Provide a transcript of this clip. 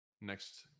next